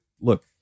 look